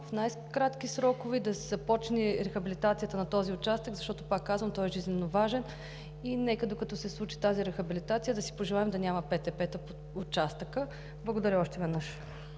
в най-кратки срокове да започне рехабилитацията на този участък, защото, пак казвам, той е жизненоважен и нека, докато се случи тази рехабилитация, да си пожелаем да няма ПТП-та по участъка. Благодаря още веднъж.